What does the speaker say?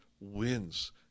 wins